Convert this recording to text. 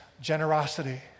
generosity